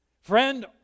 Friend